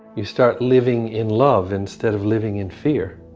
you start living in love, instead of living in fear.